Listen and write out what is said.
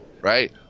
right